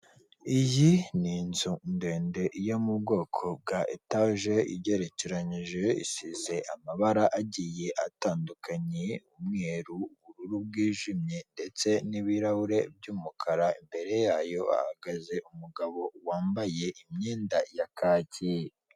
Iyi ni inzu ndende yo mu bwoko bwa etaje igerekeranyije isize amabara agiye atandukanye umweru, ubururu bwijimye ndetse n'ibirahure by'umukara imbere yayo hahagaze umugabo wambaye imyenda ya kacyi.